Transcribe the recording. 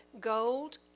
gold